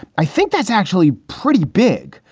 i think that's actually pretty big.